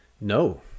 No